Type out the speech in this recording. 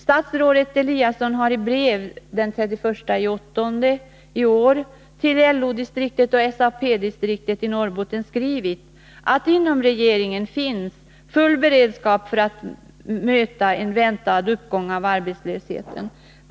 Statsrådet Eliasson har i ett brev den 31 augusti i år till LO-distriktet och SAP-distriktet i Norrbotten skrivit att inom regeringen finns full beredskap för att möta en väntad uppgång av arbetslösheten.